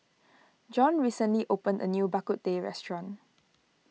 John recently opened a new Bak Kut Teh restaurant